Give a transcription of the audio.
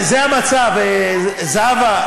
זה המצב, זהבה.